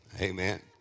Amen